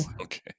okay